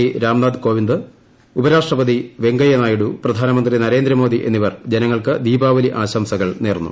രാഷ്ട്രപതി രാംനാഥ് കോവിന്ദ് ഉപരാഷ്ട്രപതി വെങ്കയ്യനായിഡു പ്രധാനമന്ത്രി നരേന്ദ്രമോദി എന്നിവർ ജനങ്ങൾക് ദീപാവലി ആശംസകൾ നേർന്നു